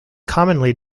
commonly